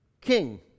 king